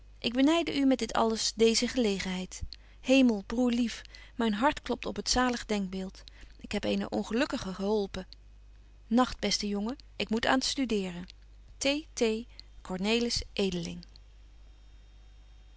ik benyde u met dit alles deeze gelegenheid hemel broêrlief myn hart klopt op het zalig denkbeeld ik heb eene ongelukkige geholpen nagt beste jongen ik moet aan